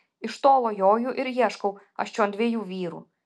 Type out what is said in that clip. iš tolo joju ir ieškau aš čion dviejų vyrų